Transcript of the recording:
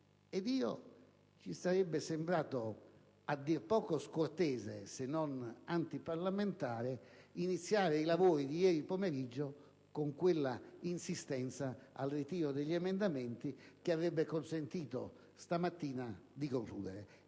e me, ci sarebbe sembrato a dir poco scortese, se non antiparlamentare, iniziare i lavori ieri pomeriggio con quella insistenza al ritiro degli emendamenti che avrebbe consentito questa mattina di concludere.